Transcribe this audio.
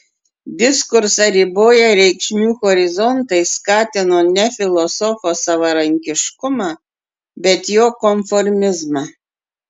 diskursą riboję reikšmių horizontai skatino ne filosofo savarankiškumą bet jo konformizmą